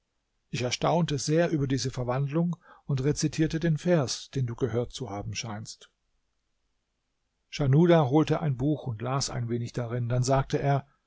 ich erstaunte sehr über diese verwandlung und rezitierte den vers den du gehört zu haben scheinst schanuda holte ein buch und las ein wenig darin dann sagte er